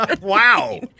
Wow